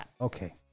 Okay